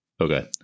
Okay